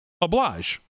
oblige